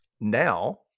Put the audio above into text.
Now